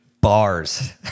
Bars